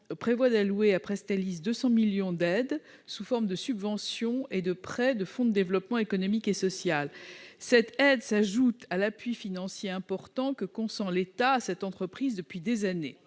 prévoit d'allouer à Presstalis 200 millions d'euros d'aides sous forme de subventions et de prêts du fonds de développement économique et social. Cette aide s'ajoute à l'appui financier important que consent l'État à cette entreprise depuis des années.